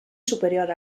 superior